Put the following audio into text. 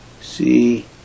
see